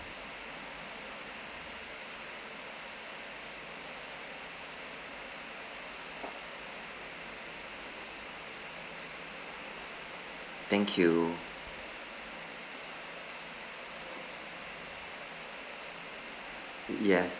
thank you yes